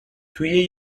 توی